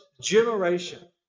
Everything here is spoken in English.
generation